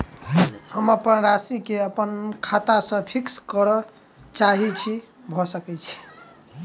हम अप्पन राशि केँ अप्पन खाता सँ फिक्स करऽ चाहै छी भऽ सकै छै?